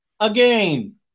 again